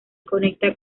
conecta